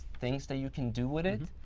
things that you can do with it.